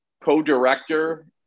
co-director